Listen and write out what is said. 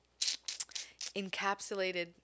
Encapsulated